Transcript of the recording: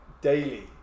daily